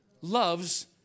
loves